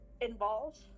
involved